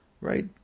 Right